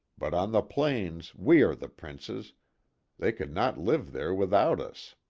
but on the plains we are the princes they could not live there without us.